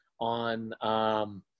on